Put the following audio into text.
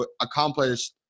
accomplished